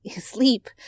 sleep